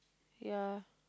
ya